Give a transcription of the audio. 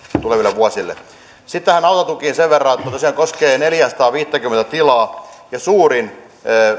tuleville vuosille sitten aluetukiin sen verran että se tosiaan koskee neljääsataaviittäkymmentä tilaa ja suurin